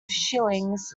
shillings